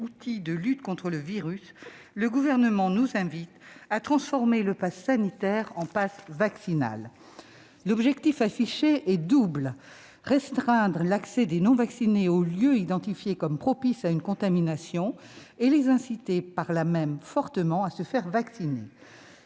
outil de lutte contre le virus, le Gouvernement nous invite à transformer le passe sanitaire en passe vaccinal. L'objectif affiché est double : restreindre l'accès des non-vaccinés aux lieux identifiés comme étant propices à une contamination et les inciter par là même fortement à se faire vacciner.